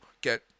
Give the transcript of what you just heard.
get